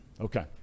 Okay